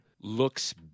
looks